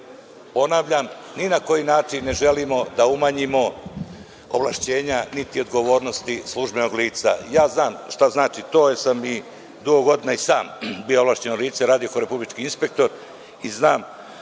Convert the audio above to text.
red, jer ni na koji način ne želimo da umanjimo ovlašćenja, niti odgovornosti službenog lica. Ja znam šta znači to, jer sam dugo godina bio ovlašćeno lice, radio sam kao republički inspektor i znam